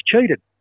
cheated